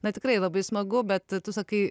na tikrai labai smagu bet tu sakai